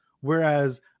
whereas